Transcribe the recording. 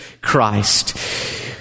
Christ